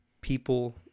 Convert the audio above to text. people